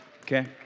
okay